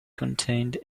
contained